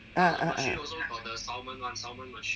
ah ah ah